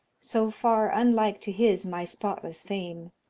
so far unlike to his my spotless fame.